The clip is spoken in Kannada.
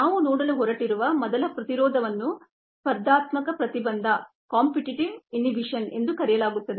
ನಾವು ನೋಡಲು ಹೊರಟಿರುವ ಮೊದಲ ಪ್ರತಿರೋಧವನ್ನು ಸ್ಪರ್ಧಾತ್ಮಕ ಪ್ರತಿಬಂಧ ಎಂದು ಕರೆಯಲಾಗುತ್ತದೆ